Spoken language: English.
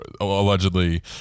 allegedly